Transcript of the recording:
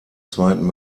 zweiten